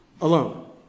alone